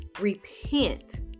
repent